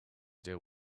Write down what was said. deal